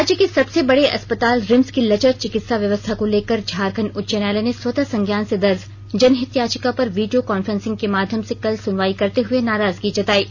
राज्य के सबसे बड़े अस्पताल रिम्स की लचर चिकित्सा व्यवस्था को लेकर झारखंड उच्च न्यायालय ने स्वतः संज्ञान से दर्ज जनहित याचिका पर वीडियो कांफ्रेसिंग के माध्यम से कल सुनवाई करते हुए नाराजगी जतायी